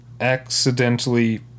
accidentally